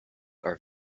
are